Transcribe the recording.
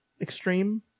extreme